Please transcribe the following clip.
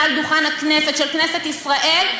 מעל הדוכן של כנסת ישראל,